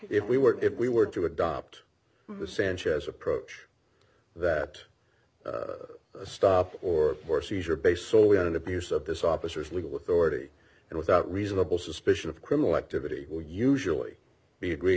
if we were if we were to adopt the sanchez approach that a stop or more seizure based solely on an abuse of this officer is legal authority and without reasonable suspicion of criminal activity will usually be egre